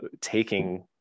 taking